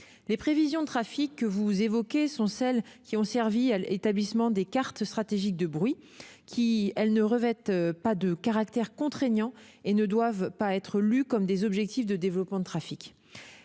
Les prévisions de trafic que vous évoquez sont celles qui ont servi à l'établissement des cartes stratégiques de bruit, les CSB. Elles ne revêtent pas de caractère contraignant et ne doivent pas être lues comme des objectifs de développement de trafic.